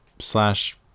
slash